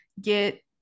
get